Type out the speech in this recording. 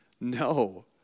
No